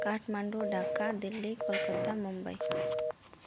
Kathmandu Dhaka Delhi Calcutta Mumbai